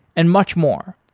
and much more.